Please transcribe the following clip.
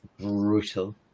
brutal